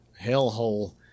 hellhole